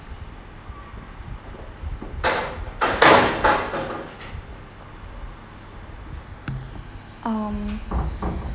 um